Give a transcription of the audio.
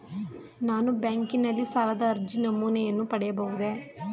ನಾನು ಬ್ಯಾಂಕಿನಲ್ಲಿ ಸಾಲದ ಅರ್ಜಿ ನಮೂನೆಯನ್ನು ಪಡೆಯಬಹುದೇ?